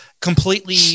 completely